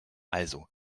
also